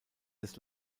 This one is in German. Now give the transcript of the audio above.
des